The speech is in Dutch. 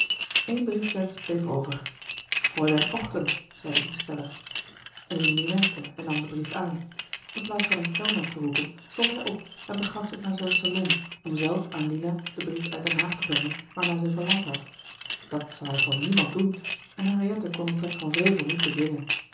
eén brief slechts bleef over fräulein ochten zeide de besteller rimini wenkte en nam den brief aan in plaats van een kellner te roepen stond hij op en begaf zich naar zijn salon om zelf aan lina den brief uit den haag te brengen waarnaar zij verlangd had dat zou hij voor niegerard keller het testament van mevrouw de tonnette mand doen en henriette kon een trek van wrevel niet bedwingen